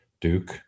Duke